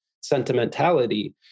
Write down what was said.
sentimentality